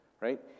right